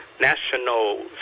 National